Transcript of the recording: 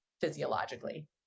physiologically